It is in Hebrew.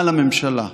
על הממשלה,